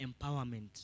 empowerment